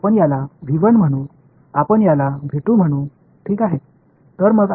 எனவே இதை அழைப்போம் இதை என்று அழைப்போம்